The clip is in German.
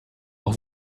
auf